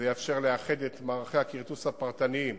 זה יאפשר לאחד את מערכי הכרטוס הפרטניים